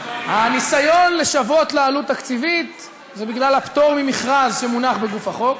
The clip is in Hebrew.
הניסיון לשוות לה עלות תקציבית זה בגלל הפטור ממכרז שמונח בגוף החוק